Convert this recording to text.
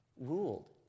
ruled